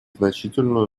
значительную